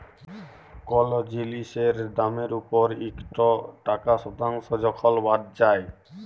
call জিলিসের দামের উপর ইকট টাকা শতাংস যখল বাদ যায়